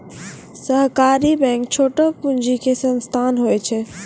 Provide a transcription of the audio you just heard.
सहकारी बैंक छोटो पूंजी के संस्थान होय छै